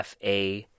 FA